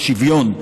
בשוויון,